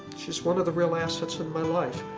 she's one of the real assets in my life.